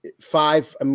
five